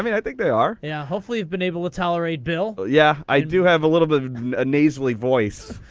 i mean, i think they are. yeah, hopefully, you've been able to tolerate bill. yeah, i do have a little bit of a nasally voice,